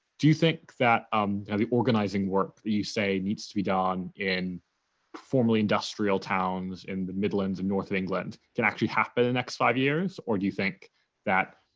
do you think that um and the organising work you say needs to be done in formerly industrial towns in the midlands and north of england can actually happen the next five years or do you think that,